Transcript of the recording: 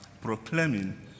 proclaiming